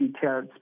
details